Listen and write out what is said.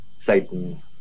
Satan